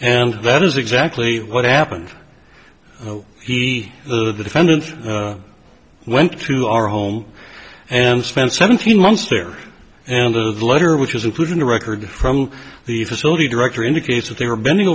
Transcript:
and that is exactly what happened he the defendant went to our home and spent seventeen months there and the letter which is included in a record from the facility director indicates that they were bending